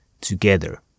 together